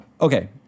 Okay